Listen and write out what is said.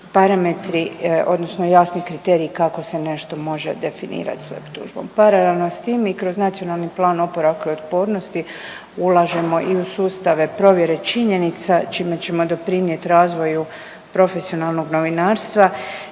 parametri odnosno jasni kriteriji kako se nešto može definirati SLAPP tužbom. Paralelno s tim i kroz Nacionalni plan oporavka i otpornosti ulažemo i u sustave provjere činjenica čime ćemo doprinijeti razvoju profesionalnog novinarstva